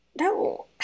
No